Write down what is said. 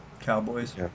cowboys